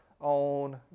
own